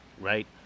right